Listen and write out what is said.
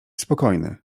spokojny